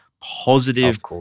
positive